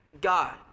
God